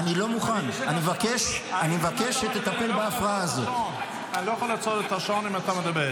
אני מבקש קודם כול לעצור לי את הזמן.